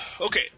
okay